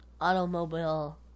automobile